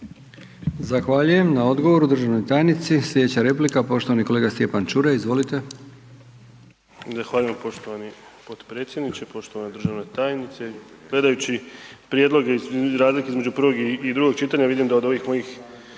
Zahvaljujem na odgovoru državnoj tajnici. Sljedeća replika poštovani kolega Stjepan Čuraj, izvolite. **Čuraj, Stjepan (HNS)** Zahvaljujem poštovani potpredsjedniče, poštovana državna tajnice, gledajući prijedloge između, razlike između prvog i drugog čitanja, vidim da od ovih mojih,